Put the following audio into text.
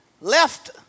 left